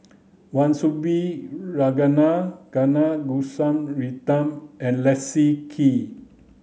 Wan Soon Bee Ragunathar Kanagasuntheram and Leslie Kee